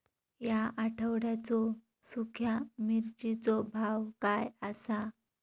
या आठवड्याचो सुख्या मिर्चीचो भाव काय आसा?